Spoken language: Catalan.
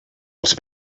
els